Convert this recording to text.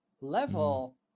level